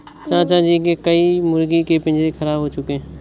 चाचा जी के कई मुर्गी के पिंजरे खराब हो चुके हैं